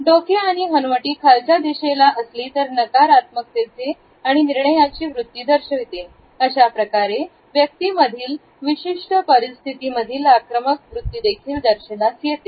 डोके आणि हनुवटी खालच्या दिशेला असली तर नकारात्मकतेचे आणि निर्णयाची वृत्ती दर्शविते अशाप्रकारे व्यक्तीमधील विशिष्ट परिस्थिती मधील आक्रमक वृत्ती देखील दर्शनास येते